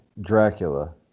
Dracula